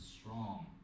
strong